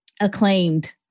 acclaimed